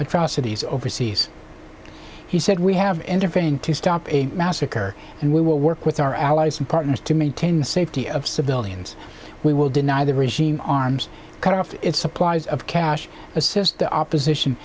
atrocities overseas he said we have intervened to stop a massacre and we will work with our allies and partners to maintain the safety of civilians we will deny the regime arms cut off its supplies of cash assist the opposition